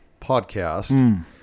podcast